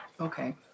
Okay